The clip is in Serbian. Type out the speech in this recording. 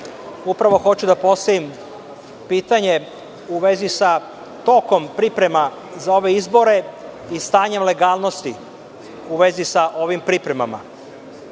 Srbije. Upravo hoću da postavim pitanje u vezi sa tokom priprema za ove izbore i stanjem legalnosti, u vezi sa ovim pripremama.